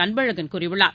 அன்பழகன் கூறியுள்ளார்